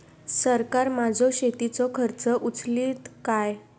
सरकार माझो शेतीचो खर्च उचलीत काय?